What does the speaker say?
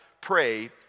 pray